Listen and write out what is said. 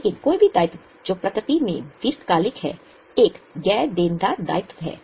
लेकिन कोई भी दायित्व जो प्रकृति में दीर्घकालिक है एक गैर देनदार दायित्व है